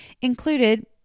included